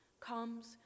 comes